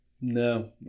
No